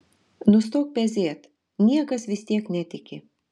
nustok pezėt niekas vis tiek netiki